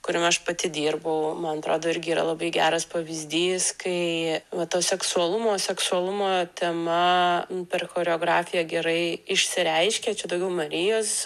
kuriame aš pati dirbau man atrodo irgi yra labai geras pavyzdys kai va to seksualumo seksualumo tema per choreografiją gerai išsireiškė čia daugiau marijos